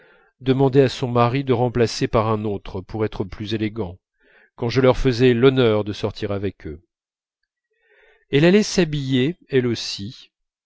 demandait à son mari de remplacer par un autre pour être plus élégant quand je leur faisais l'honneur de sortir avec eux elle allait s'habiller elle aussi